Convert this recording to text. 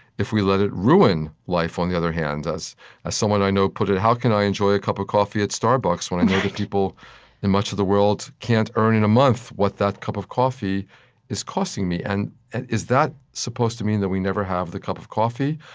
if we let it, ruin life, on the other hand. as as someone i know put it, how can i enjoy a cup of coffee at starbucks when i know that people in much of the world can't earn in a month what that cup of coffee is costing me? and is that supposed to mean that we never have the cup of coffee?